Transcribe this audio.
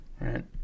right